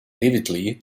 vividly